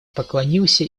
поклонился